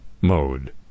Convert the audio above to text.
mode